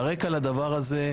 הרקע לדבר הזה,